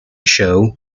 show